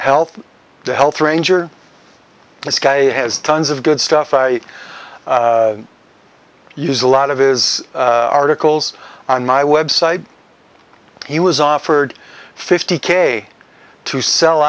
health the health ranger this guy has tons of good stuff i use a lot of is articles on my website he was offered fifty k to sell